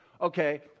Okay